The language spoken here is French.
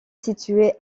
située